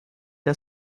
der